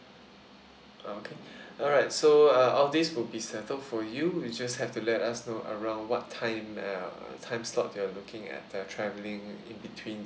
okay alright so uh all these will be settled for you you just have to let us know around what time uh time slot you're looking at the travelling in between